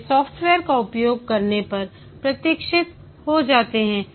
वे software का उपयोग करने पर प्रशिक्षित हो जाते हैं